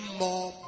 more